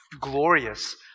glorious